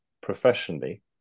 professionally